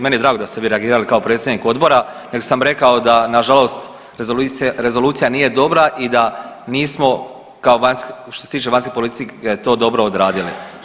Meni je drago da ste vi reagirali kao predsjednik Odbora, nego sam rekao da na žalost rezolucija nije dobra i da nismo kao što se tiče vanjske politike to dobro odradili.